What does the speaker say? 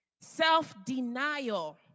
Self-denial